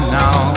now